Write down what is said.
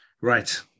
Right